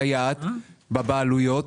סייעת בבעלויות,